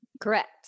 Correct